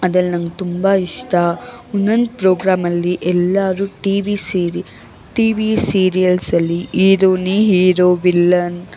ಅದಲ್ಲಿ ನಂಗೆ ತುಂಬ ಇಷ್ಟ ಒಂದೊಂದು ಪ್ರೋಗ್ರಾಮಲ್ಲಿ ಎಲ್ಲರು ಟಿ ವಿ ಸೀರಿ ಟಿ ವಿ ಸಿರಿಯಲ್ಸ್ ಅಲ್ಲಿ ಹೀರೋನೇ ಹೀರೋ ವಿಲ್ಲನ್